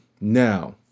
Now